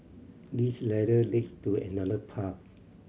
this ladder leads to another path